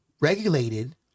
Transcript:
regulated